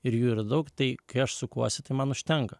ir jų yra daug tai kai aš sukuosi tai man užtenka